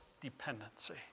dependency